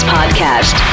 Podcast